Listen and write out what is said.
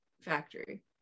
factory